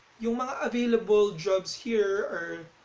yeah um ah available jobs here are